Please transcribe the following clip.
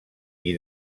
qui